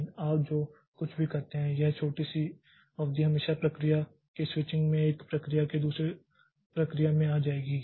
लेकिन आप जो कुछ भी करते हैं यह छोटी सी अवधि हमेशा प्रक्रिया के स्विचिंग में एक प्रक्रिया से दूसरी प्रक्रिया में आ जाएगी